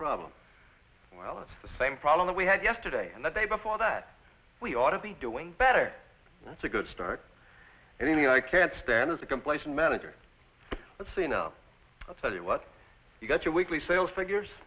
problem well it's the same problem that we had yesterday and the day before that we ought to be doing better that's a good start anyway i can't stand is a complacent manager that's enough i'll tell you what you got your weekly sales figures